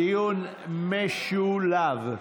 דיון משולב.